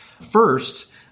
First